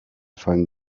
fallen